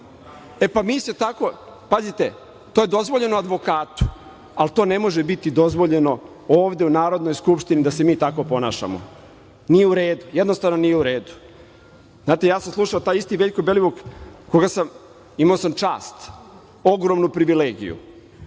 u Argentinu. Pazite, to je dozvoljeno advokatu, ali to ne može biti dozvoljeno ovde, u Narodnoj skupštini da se mi tako ponašamo. Nije u redu, jednostavno nije u redu. Znate, ja sam slušao, taj isti Veljko Belivuk koga sam, imao sam čast, ogromnu privilegiju,